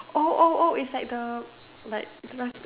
oh oh oh it's like a like just